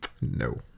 No